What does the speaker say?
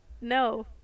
No